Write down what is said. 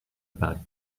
about